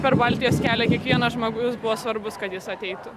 per baltijos kelią kiekvienas žmogus buvo svarbus kad jis ateitų